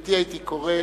לגברתי הייתי קורא